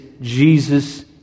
Jesus